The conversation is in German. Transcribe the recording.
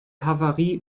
havarie